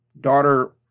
daughter